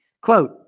Quote